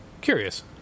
Curious